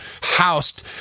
housed